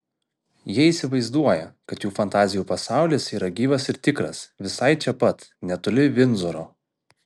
jie įsivaizduoja kad jų fantazijų pasaulis yra gyvas ir tikras visai čia pat netoli vindzoro